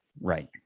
Right